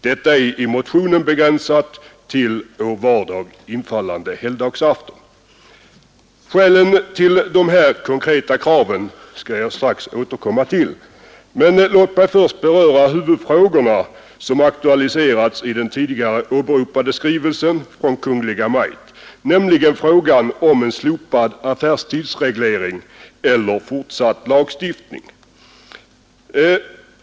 Kravet i motionen är begränsat till på vardag infallande helgdagsafton. Skälen till de här konkreta kraven skall jag strax återkomma till. Men låt mig först beröra huvudfrågorna som aktualiserats i den tidigare åberopade skrivelsen från Kungl. Maj:t, nämligen frågan om en slopad affärstidsreglering eller fortsatt lagstiftning.